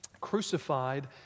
Crucified